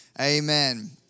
amen